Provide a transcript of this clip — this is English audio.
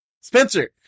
Spencer